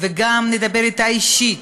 וגם נדבר אתה אישית,